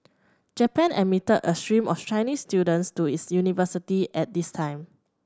Japan admitted a stream of Chinese students to its universities at this time